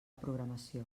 programació